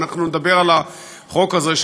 אנחנו נדבר על החוק הזה,